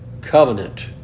covenant